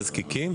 תזקיקים,